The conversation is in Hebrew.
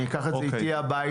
תיקח את זה הביתה,